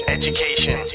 education